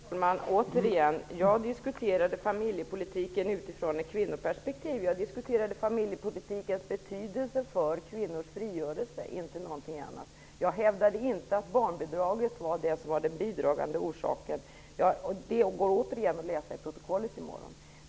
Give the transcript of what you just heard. Fru talman! Återigen, jag diskuterade familjepolitiken utifrån ett kvinnoperspektiv. Jag diskuterade familjepolitikens betydelse för kvinnors frigörelse, inte någonting annat. Jag hävdade inte att barnbidraget var den bidragande orsaken. Det går återigen att läsa i protokollet i morgon.